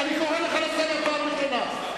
אני קורא לך לסדר פעם ראשונה.